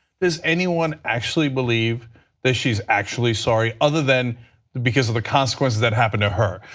does anyone actually believe that she is actually sorry, other than because of the consequences that happened to her.